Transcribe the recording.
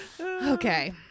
Okay